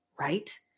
right